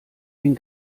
den